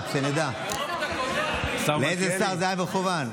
שנדע, לשר מלכיאלי.